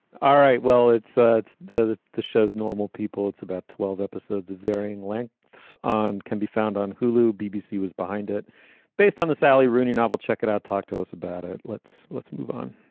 all right. well, it's ah it's the the show's normal people, it's about twelve episodes of varying lengths on can be found on hulu. bbc was behind it based on the sally rooney novel. check it out. talk to us about it. let's let's move on.